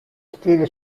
stile